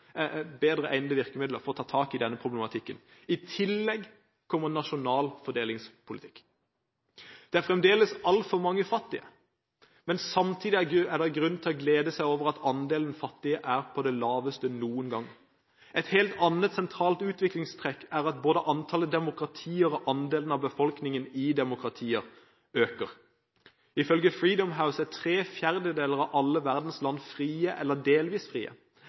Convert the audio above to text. for å ta tak i denne problematikken. I tillegg kommer nasjonal fordelingspolitikk. Det er fremdeles altfor mange fattige, men samtidig er det grunn til å glede seg over at andelen fattige er på det laveste noen gang. Et helt annet sentralt utviklingstrekk er at både antallet demokratier og andelen av befolkning i demokratier øker. Ifølge Freedom House er tre fjerdedeler av alle verdens land frie eller delvis frie.